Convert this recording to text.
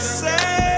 say